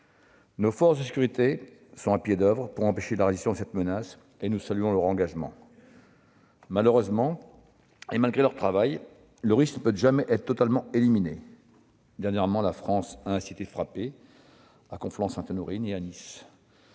Nos forces de sécurité sont à pied d'oeuvre pour empêcher la réalisation de cette menace, nous saluons leur engagement. Malheureusement, et malgré leur travail, le risque ne peut jamais être totalement éliminé. Dernièrement, la France a ainsi été frappée à Conflans-Sainte-Honorine et à Nice.